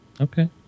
Okay